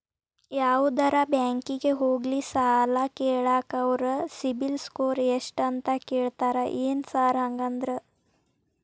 ಯಾವದರಾ ಬ್ಯಾಂಕಿಗೆ ಹೋಗ್ಲಿ ಸಾಲ ಕೇಳಾಕ ಅವ್ರ್ ಸಿಬಿಲ್ ಸ್ಕೋರ್ ಎಷ್ಟ ಅಂತಾ ಕೇಳ್ತಾರ ಏನ್ ಸಾರ್ ಹಂಗಂದ್ರ?